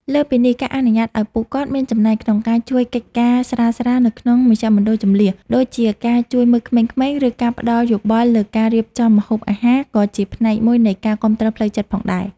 លើសពីនេះ ការអនុញ្ញាតឱ្យពួកគាត់មានចំណែកក្នុងការជួយកិច្ចការស្រាលៗនៅក្នុងមជ្ឈមណ្ឌលជម្លៀស ដូចជាការជួយមើលក្មេងៗ ឬការផ្ដល់យោបល់លើការរៀបចំម្ហូបអាហារ ក៏ជាផ្នែកមួយនៃការគាំទ្រផ្លូវចិត្តផងដែរ។